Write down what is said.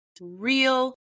real